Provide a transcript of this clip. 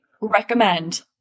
recommend